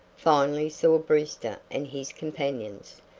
finally saw brewster and his companions.